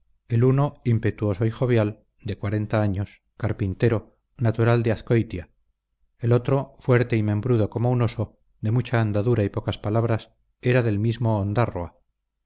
el uno impetuoso y jovial de cuarenta años carpintero natural de azcoitia el otro fuerte y membrudo como un oso de mucha andadura y pocas palabras era del mismo ondárroa